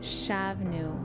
shavnu